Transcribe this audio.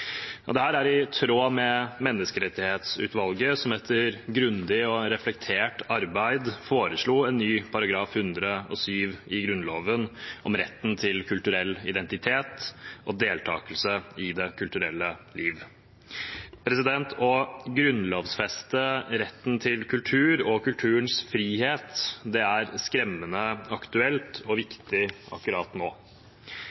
er i tråd med Menneskerettighetsutvalget, som etter et grundig og reflektert arbeid foreslo en ny § 107 i Grunnloven om retten til kulturell identitet og deltakelse i det kulturelle liv. Å grunnlovfeste retten til kultur og kulturens frihet er skremmende aktuelt og